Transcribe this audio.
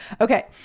Okay